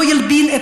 לא ילבין,